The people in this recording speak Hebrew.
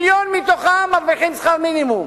מיליון מתוכם מרוויחים שכר מינימום,